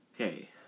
Okay